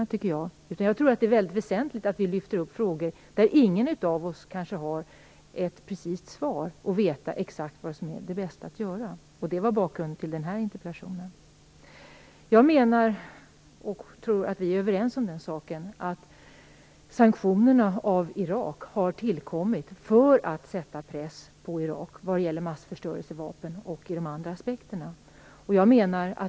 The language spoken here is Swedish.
I stället tror jag att det är väsentligt att vi lyfter upp frågor där ingen av oss kanske har ett precist svar och där vi inte exakt vet vad som är bäst att göra. Det är bakgrunden till den här interpellationen. Jag tror att vi är överens om att sanktionerna mot Irak har tillkommit för att sätta press på Irak vad gäller massförstörelsevapnen, men även från andra aspekter.